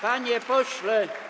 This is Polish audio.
Panie pośle.